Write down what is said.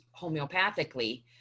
homeopathically